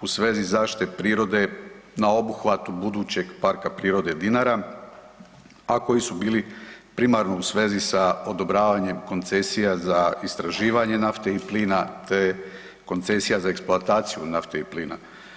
u svezi zaštite prirode na obuhvatu budućeg Parka prirode Dinara, a koji su bili primarno u svezi sa odobravanjem koncesija za istraživanje nafte i plina te koncesija za eksploataciju nafte i plina.